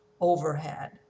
overhead